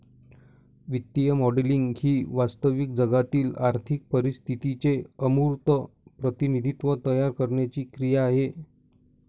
वित्तीय मॉडेलिंग ही वास्तविक जगातील आर्थिक परिस्थितीचे अमूर्त प्रतिनिधित्व तयार करण्याची क्रिया आहे